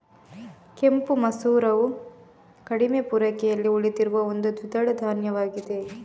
ಕೆಂಪು ಮಸೂರವು ಕಡಿಮೆ ಪೂರೈಕೆಯಲ್ಲಿ ಉಳಿದಿರುವ ಒಂದು ದ್ವಿದಳ ಧಾನ್ಯವಾಗಿದೆ